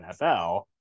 NFL